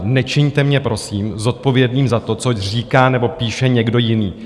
Nečiňte mě, prosím, zodpovědným za to, co říká nebo píše někdo jiný.